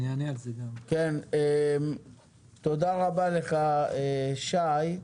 תודה רבה לך שי.